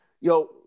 yo